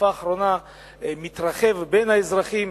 בתקופה האחרונה מתרחב בין האזרחים